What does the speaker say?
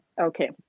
okay